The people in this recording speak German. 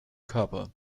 körper